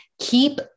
Keep